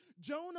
Jonah